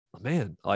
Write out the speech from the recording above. man